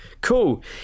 cool